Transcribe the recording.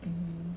mm